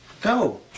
Go